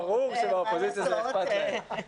ברור שבאופוזיציה אכפת להם.